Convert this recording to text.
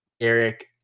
Eric